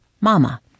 Mama